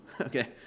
Okay